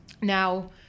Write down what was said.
Now